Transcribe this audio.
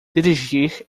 dirigir